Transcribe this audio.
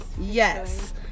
Yes